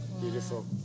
beautiful